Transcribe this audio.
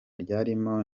ryarimo